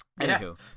Anywho